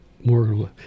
more